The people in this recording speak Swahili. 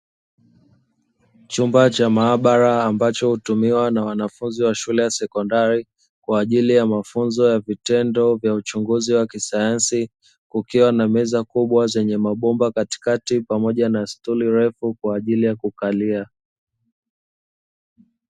Chumba cha maabara ambacho hutumiwa na wanafunzi wa shule ya sekondari, kwa ajili ya mafunzo ya vitendo vya uchunguzi wa kisayansi, kukiwa na meza kubwa zenye mabomba katikati pamoja na stuli refu kwa ajili ya kukalia.